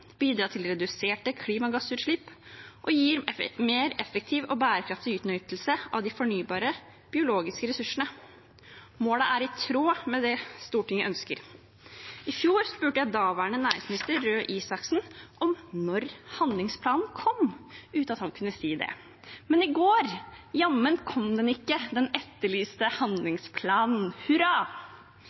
til reduserte klimagassutslipp og gi mer effektiv og bærekraftig utnyttelse av de fornybare biologiske ressursene. Målet er i tråd med det Stortinget ønsker. I fjor spurte jeg daværende næringsminister Røe Isaksen om når handlingsplanen kom, uten at han kunne si det. Men i går: Jammen kom den ikke, den etterlyste handlingsplanen